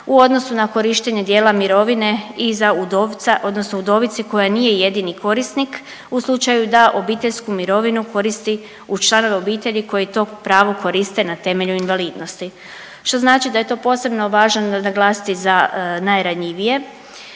u odnosu na korištenje dijela mirovine iza udovca odnosno udovice koja nije jedini korisnik u slučaju da obiteljsku mirovinu koristi uz članove obitelji koji to pravo koriste na temelju invalidnosti, što znači da je to posebno važno naglasiti za najranjivije.